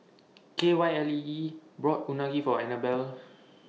Kylee bought Unagi For Anabel